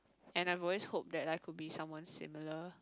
and I've always hope that I could be someone similar